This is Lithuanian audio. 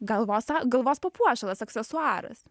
galvos a galvos papuošalas aksesuaras